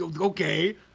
Okay